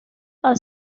are